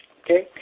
okay